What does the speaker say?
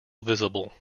visible